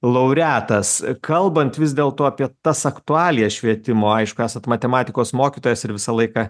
laureatas kalbant vis dėlto apie tas aktualijas švietimo aišku esat matematikos mokytojas ir visą laiką